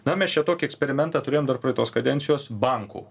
na mes čia tokį eksperimentą turėjom dar praeitos kadencijos bankų